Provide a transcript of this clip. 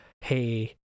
hey